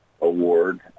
award